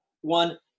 one